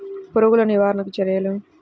పురుగులు నివారణకు చర్యలు?